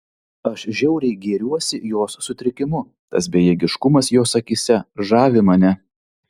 aš žiauriai gėriuosi jos sutrikimu tas bejėgiškumas jos akyse žavi mane